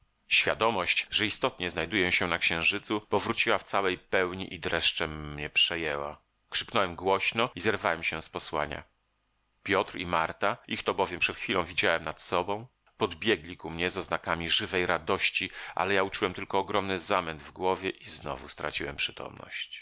świadomość że istotnie znajduję się na księżycu powróciła w całej pełni i dreszczem mnie przejęła krzyknąłem głośno i zerwałem się z posłania piotr i marta ich to bowiem przed chwilą widziałem nad sobą podbiegli ku mnie z oznakami żywej radości ale ja uczułem tylko ogromny zamęt w głowie i znowu straciłem przytomność